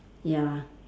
ya